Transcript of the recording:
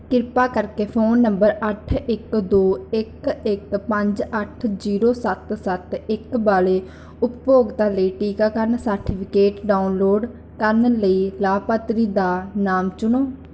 ਕਿਰਪਾ ਕਰਕੇ phone number ਅੱਠ ਇੱਕ ਦੋ ਇੱਕ ਇੱਕ ਪੰਜ ਅੱਠ ਜੀਰੋ ਸੱਤ ਸੱਤ ਇੱਕ ਵਾਲੇ ਉਪਭੋਗਤਾ ਲਈ ਟੀਕਾਕਰਨ ਸਰਟੀਫਿਕੇਟ ਡਾਊਨਲੋਡ ਕਰਨ ਲਈ ਲਾਭਪਾਤਰੀ ਦਾ ਨਾਮ ਚੁਣੋ